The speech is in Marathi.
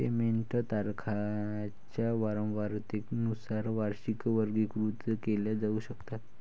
पेमेंट तारखांच्या वारंवारतेनुसार वार्षिकी वर्गीकृत केल्या जाऊ शकतात